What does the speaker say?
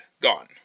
gone